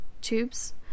tubes